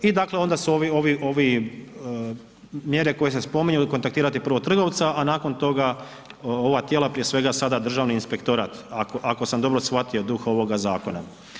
I dakle onda su ovi, ovi, ovi, mjere koje se spominju ili kontaktirati prvo trgovca, a nakon toga ova tijela prije svega sada državni inspektorat ako, ako sam dobro shvatio duh ovoga zakona.